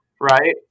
right